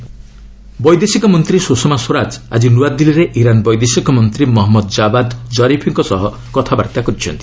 India Iran ବୈଦେଶିକ ମନ୍ତ୍ରୀ ସୁଷମା ସ୍ୱରାଜ ଆଜି ନୂଆଦିଲ୍ଲୀରେ ଇରାନ୍ ବୈଦେଶିକ ମନ୍ତ୍ରୀ ମହମ୍ମଦ ଜାବାଦ୍ କରିଫ୍ଙ୍କ ସହ କଥାବାର୍ତ୍ତା କରିଛନ୍ତି